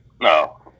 No